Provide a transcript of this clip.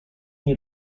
nie